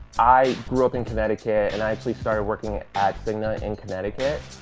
i grew up in connecticut, and i actually started working at cigna in connecticut.